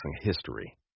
history